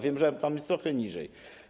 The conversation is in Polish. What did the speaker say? Wiem, że tam jest trochę niżej.